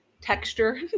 texture